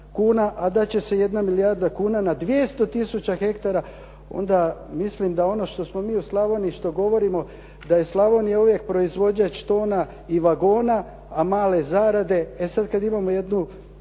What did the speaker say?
kuna, a da će se 1 milijarda kuna na 200 tisuća hektara, onda mislim da ono što smo mi u Slavoniji, što govorimo da je Slavonija uvijek proizvođač tona i vagona, a male zarade. E sada kada imamo jednu